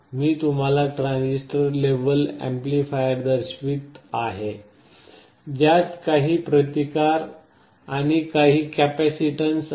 मी तुम्हाला transistor level amplifier दर्शवित आहे ज्यात काही प्रतिकार आणि काही कॅपेसिटीन्स आहेत